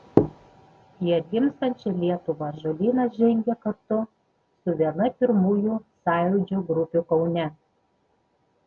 į atgimstančią lietuvą ąžuolynas žengė kartu su viena pirmųjų sąjūdžio grupių kaune